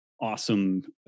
awesome